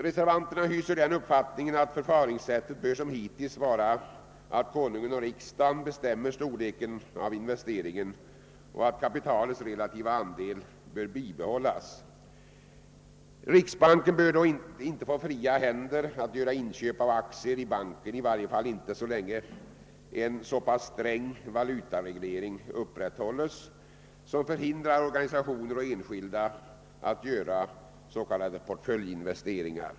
Reservanterna hyser den uppfattningen att förfaringssättet som hittills bör vara att Konungen och riksdagen bestämmer storleken av investeringen och att kapitalets relativa andel bör bibehållas. Riksbanken bör då inte få fria händer att göra inköp av aktier i banken — i varje fall inte så länge en sträng valutareglering uppehålles som hindrar organisationer och enskilda att göra s.k. portföljinvesteringar.